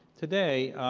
today.